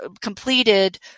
completed